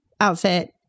outfit